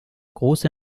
große